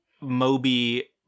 Moby